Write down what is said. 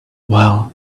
well